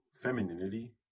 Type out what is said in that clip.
femininity